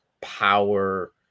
power